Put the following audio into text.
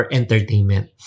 entertainment